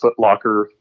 footlocker